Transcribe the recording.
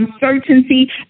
uncertainty